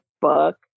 book